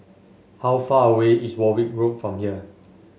how far away is Warwick Road from here